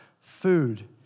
food